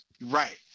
Right